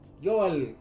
y'all